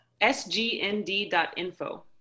sgnd.info